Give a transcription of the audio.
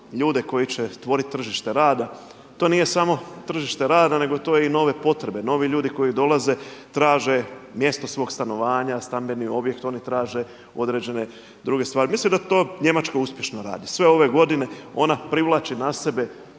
ljude koji će tvoriti tržište rada. To nije samo tržište rada, nego to je i nove potrebe, novi ljudi koji dolaze traže mjesto svog stanovanja, stambeni objekt. Oni traže određene druge stvari. Mislim da to Njemačka uspješno radi. Sve ove godine ona privlači na sebe